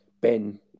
Ben